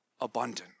abundant